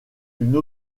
une